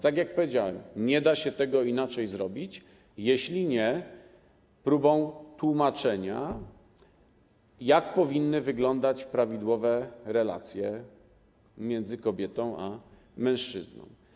Tak jak powiedziałem, nie da się tego inaczej zrobić, jeśli nie próbą tłumaczenia, jak powinny wyglądać prawidłowe relacje między kobietą a mężczyzną.